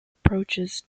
approaches